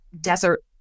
desert